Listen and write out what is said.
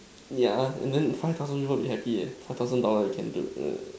yeah and then five thousand people will be happy eh five thousand dollar you can do